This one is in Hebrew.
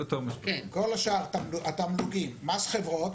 כל השאר: התמלוגים ומס חברות